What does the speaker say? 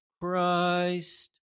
Christ